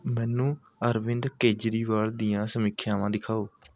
ਮੈਨੂੰ ਅਰਵਿੰਦ ਕੇਜਰੀਵਾਲ ਦੀਆਂ ਸਮੀਖਿਆਵਾਂ ਦਿਖਾਓ